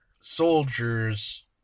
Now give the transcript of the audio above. soldiers